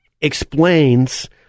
explains